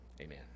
Amen